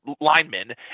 linemen